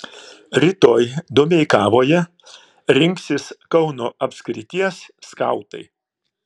rytoj domeikavoje rinksis kauno apskrities skautai